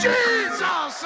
Jesus